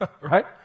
Right